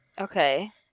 Okay